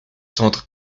centre